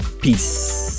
peace